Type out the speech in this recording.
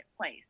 place